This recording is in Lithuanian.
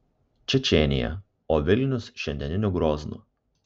čečėnija o vilnius šiandieniniu groznu